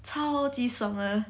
超级爽 lah